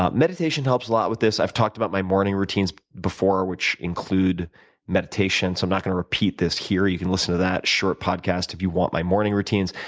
meditation helps a lot with this. i've talked about my morning routines before, which include meditation so i'm not going to repeat this hear. you can listen to that short podcast if you want my morning routines.